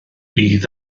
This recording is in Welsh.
bydd